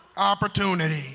opportunity